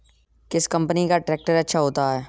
किस कंपनी का ट्रैक्टर अच्छा होता है?